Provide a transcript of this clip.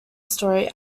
story